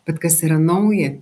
bet kas yra nauja